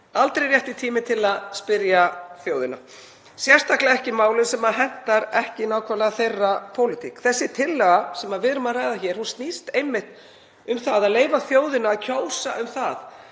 aldrei rétti tíminn til að spyrja þjóðina, sérstaklega ekki í málum sem henta ekki nákvæmlega þeirra pólitík. Þessi tillaga sem við erum að ræða hér snýst einmitt um það að leyfa þjóðinni að kjósa um það